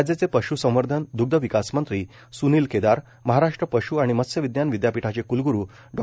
राज्याचे पशु संवर्धन दुग्ध विकासमंत्री सुनील केदार महाराष्ट्र पशु आणि मत्स्य विज्ञान विद्यापीठाचे क्लगुरु डॉ